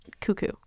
Cuckoo